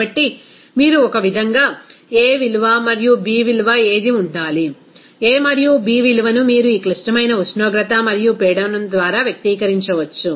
కాబట్టి మీరు ఒక విధంగా a విలువ మరియు b విలువ ఏది ఉండాలి a మరియు b విలువను మీరు ఈ క్లిష్టమైన ఉష్ణోగ్రత మరియు పీడనం ద్వారా వ్యక్తీకరించవచ్చు